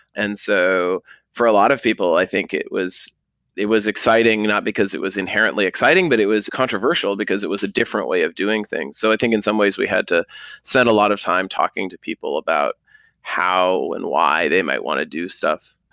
and so for a lot of people, i think it was it was exciting not because it was inherently exciting, but it was controversial, because it was a different way of doing things. so i think in some ways we had to set a lot of time talking to people about how and why they might want to do stuff.